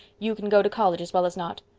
you can go to college as well as not.